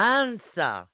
answer